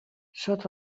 sota